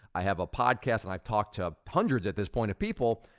i have a podcast and i've talked to hundreds at this point of people,